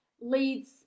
leads